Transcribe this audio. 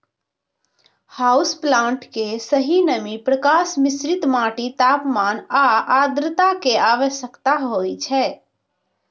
house plant कें सही नमी, प्रकाश, मिश्रित माटि, तापमान आ आद्रता के आवश्यकता होइ छै